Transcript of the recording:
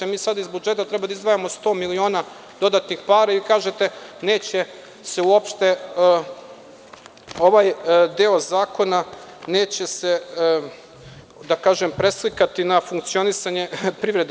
Mi sad iz budžeta treba da izdvajamo 100 miliona dodatnih para, a vi kažete da se neće uopšte ovaj deo zakona, da kažem, preslikati na funkcionisanje privrede.